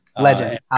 Legend